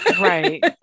Right